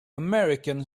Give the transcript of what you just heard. american